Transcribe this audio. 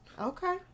Okay